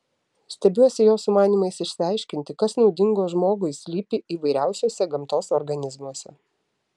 stebiuosi jo sumanymais išsiaiškinti kas naudingo žmogui slypi įvairiausiuose gamtos organizmuose